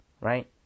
Right